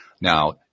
Now